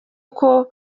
uko